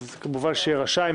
כמובן שיהיה רשאי.